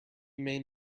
made